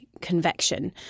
convection